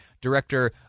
director